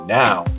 now